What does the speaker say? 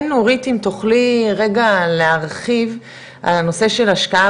כן נורית אם תוכלי רגע להרחיב על הנושא של השקעה